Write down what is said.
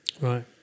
Right